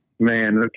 Man